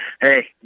hey